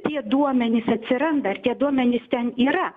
tie duomenys atsiranda ar tie duomenys ten yra